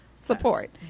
support